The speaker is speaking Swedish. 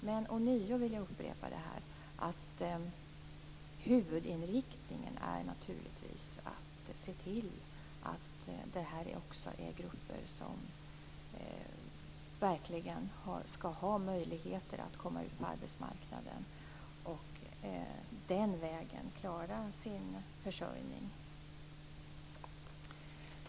Jag vill ändå ånyo upprepa att huvudinriktningen naturligtvis är att se till att det här också är grupper som verkligen skall ha möjligheter att komma ut på arbetsmarknaden och den vägen klara sin försörjning.